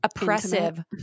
oppressive